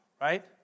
right